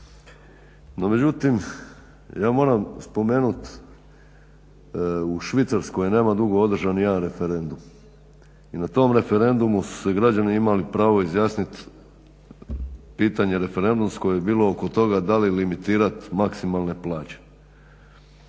međutim, ja moram spomenuti u Švicarskoj je nema dugo održan jedan referendum i na tom referendumu su se građani imali pravo izjasniti pitanje referendumsko je bilo oko toga da li limitirati maksimalne plaće.